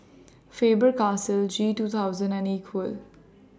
Faber Castell G two thousand and Equal